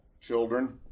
children